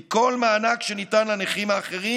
מכל מענק שניתן לנכים האחרים,